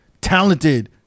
talented